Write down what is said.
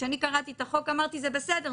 כשקראתי את החוק אמרתי: זה בסדר,